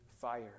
fire